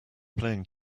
playing